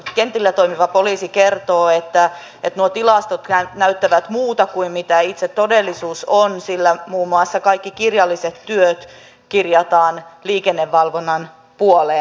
kentillä toimiva poliisi kertoo että nuo tilastot näyttävät muuta kuin mitä itse todellisuus on sillä muun muassa kaikki kirjalliset työt kirjataan liikennevalvonnan puoleen